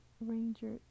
ranger